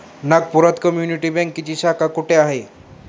नागपुरात कम्युनिटी बँकेची शाखा कुठे आहे?